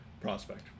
prospect